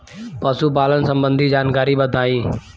पशुपालन सबंधी जानकारी बताई?